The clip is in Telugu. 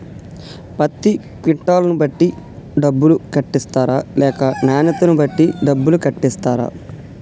పత్తి క్వింటాల్ ను బట్టి డబ్బులు కట్టిస్తరా లేక నాణ్యతను బట్టి డబ్బులు కట్టిస్తారా?